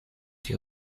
die